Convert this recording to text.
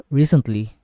recently